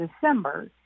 December